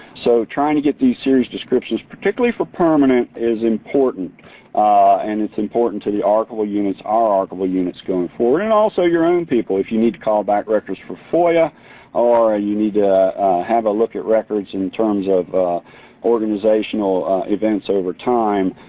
so trying to get these series descriptions, particularly for permanent, is important and it's important to the archival units our archival units going forward and also your own people. if you need call back records for foia or you need to have a look at records in terms of organizational events over time,